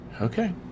Okay